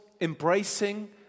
embracing